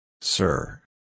sir